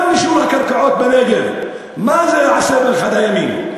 גם הנישול מהקרקעות בנגב, מה זה יעשה באחד הימים?